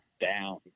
down